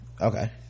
okay